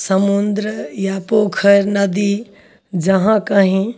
समुन्द्र या पोखरि नदी जहाँ कहीँ